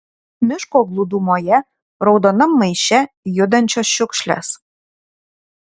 miško glūdumoje raudonam maiše judančios šiukšlės